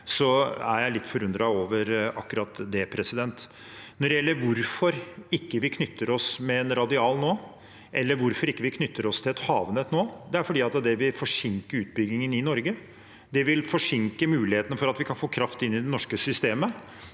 er jeg litt forundret over akkurat det. Når det gjelder hvorfor vi ikke knytter oss til en radial nå, eller hvorfor vi ikke knytter oss til et havnett nå, er det fordi det vil forsinke utbyggingen i Norge. Det vil forsinke mulighetene for at vi kan få kraft inn i det norske systemet